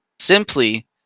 simply